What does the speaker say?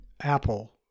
Apple